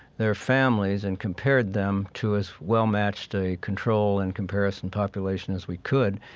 their families, and compared them to as well-matched a control and comparison population as we could.